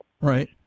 Right